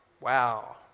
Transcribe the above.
Wow